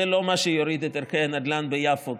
זה לא מה שיוריד את ערכי הנדל"ן ביפו,